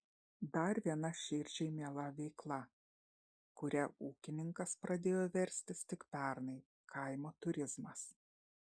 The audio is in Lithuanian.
dar viena širdžiai miela veikla kuria ūkininkas pradėjo verstis tik pernai kaimo turizmas